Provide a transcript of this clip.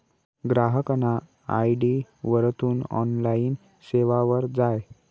ग्राहकना आय.डी वरथून ऑनलाईन सेवावर जाय